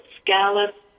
scallops